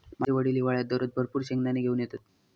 माझे वडील हिवाळ्यात दररोज भरपूर शेंगदाने घेऊन येतत